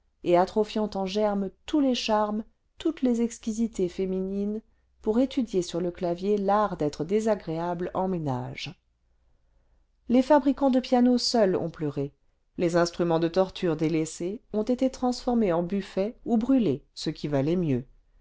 et atrophiant en germe tous les charmes toutes les exquisités féminines pour étudier sur le clavier l'art d'être désagréables en ménage les fabricants de pianos seuls ont pleuré les instruments de torture délaissés ont été transformés en buffets ou brûlés ce qui valait mieux